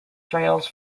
trails